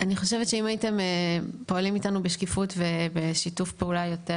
אני חושבת שאם הייתם פועלים איתנו בשקיפות ובשיתוף פעולה יותר